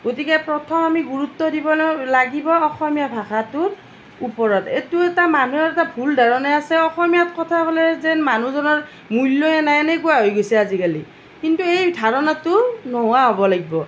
গতিকে প্ৰথম আমি গুৰুত্ব দিবলৈ লাগিব অসমীয়া ভাষাটোৰ ওপৰত এইটো এটা মানুহৰ এটা ভুল ধাৰণা আছে অসমীয়াত কথা ক'লে যেন মানুহজনৰ মূল্য এই নাই এনেকুৱা হয় গৈছে আজিকালি কিন্তু এই ধাৰণাটো নোহোৱা হ'ব লাগিব